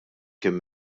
kien